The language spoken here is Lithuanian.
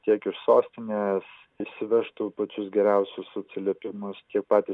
tiek iš sostinės išsivežtų pačius geriausius atsiliepimus tiek patys